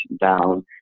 down